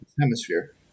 hemisphere